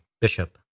Bishop